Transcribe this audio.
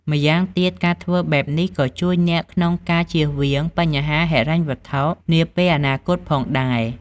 ម្យ៉ាងទៀត ការធ្វើបែបនេះក៏ជួយអ្នកក្នុងការជៀសវាងបញ្ហាហិរញ្ញវត្ថុនាពេលអនាគតផងដែរ។